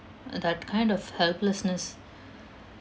uh that kind of helplessness